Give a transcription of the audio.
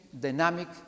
dynamic